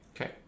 Okay